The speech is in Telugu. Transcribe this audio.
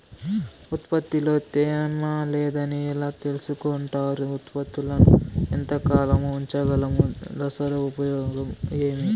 ఉత్పత్తి లో తేమ లేదని ఎలా తెలుసుకొంటారు ఉత్పత్తులను ఎంత కాలము ఉంచగలము దశలు ఉపయోగం ఏమి?